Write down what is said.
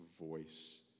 voice